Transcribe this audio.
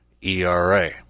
era